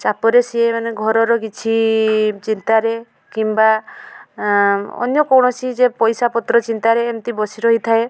ଚାପରେ ସେ ମାନେ ଘରର କିଛି ଚିନ୍ତାରେ କିମ୍ବା ଅନ୍ୟ କୌଣସି ଯେ ପଇସାପତ୍ର ଚିନ୍ତାରେ ଏମିତି ବସି ରହିଥାଏ